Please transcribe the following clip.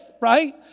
right